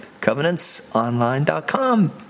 covenantsonline.com